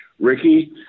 Ricky